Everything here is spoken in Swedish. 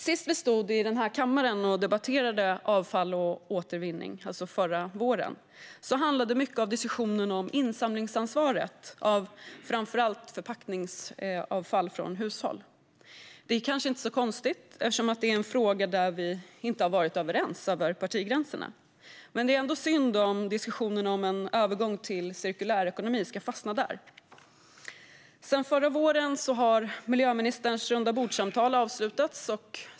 Sist vi stod i denna kammare och debatterade avfall och återvinning - förra våren - handlade mycket av diskussionen om insamlingsansvaret för framför allt förpackningsavfall från hushåll. Det är kanske inte så konstigt, eftersom det är en fråga där vi inte har varit överens över partigränserna. Men det är ändå synd om diskussionen om en övergång till cirkulär ekonomi ska fastna där. Sedan förra våren har miljöministerns rundabordssamtal avslutats.